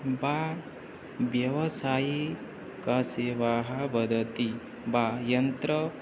वा व्यवसायिकी सेवा वदति वा यन्त्रम्